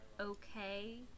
okay